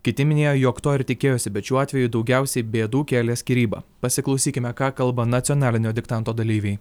kiti minėjo jog to ir tikėjosi bet šiuo atveju daugiausiai bėdų kėlė skyryba pasiklausykime ką kalba nacionalinio diktanto dalyviai